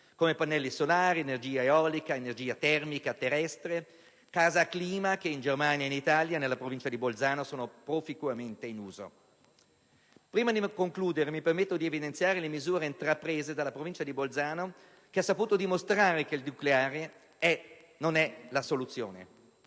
come pannelli solari, energia eolica, energia termica terrestre, CasaClima, che in Germania e in Italia, nella Provincia di Bolzano, sono proficuamente in uso. Prima di concludere, mi permetto di evidenziare le misure intraprese dalla Provincia di Bolzano, che ha saputo dimostrare che il nucleare non è la soluzione.